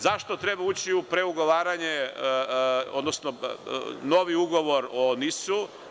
Zašto treba ući u preugovaranje, odnosno novi ugovor o NIS-u?